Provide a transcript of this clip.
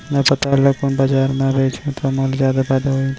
मैं पताल ल कोन बजार म बेचहुँ त मोला जादा फायदा मिलही?